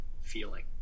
feeling